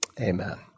Amen